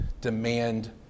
demand